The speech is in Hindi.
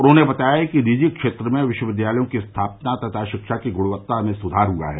उन्होंने बताया कि निजी क्षेत्र में विश्वविद्यालयों की स्थापना तथा शिक्षा की गृणवत्ता में सुधार हुआ है